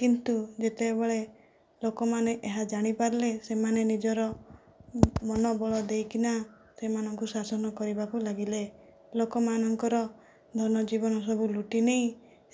କିନ୍ତୁ ଯେତେବେଳେ ଲୋକମାନେ ଏହା ଜାଣିପାରିଲେ ସେମାନେ ନିଜର ମନୋବଳ ଦେଇକିନା ସେମାନଙ୍କୁ ଶାସନ କରିବାକୁ ଲାଗିଲେ ଲୋକମାନଙ୍କର ଧନଜୀବନ ସବୁ ଲୁଟି ନେଇ